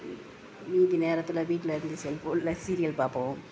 மீதி நேரத்தில் வீட்டில் இருந்து செல்ஃபோனில் சீரியல் பார்ப்போம்